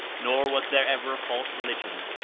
nor was there ever a false religion,